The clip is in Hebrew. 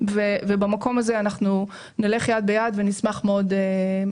- ובמקום הזה נלך יד ביד ונשמח מאוד לכך.